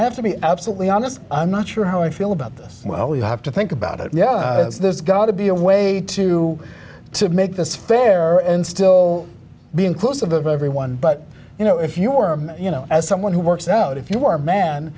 i have to be absolutely honest i'm not sure how i feel about this well you have to think about it yeah there's got to be a way to to make this fair and still be inclusive of everyone but you know if you were you know as someone who works out if you are a man